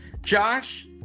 Josh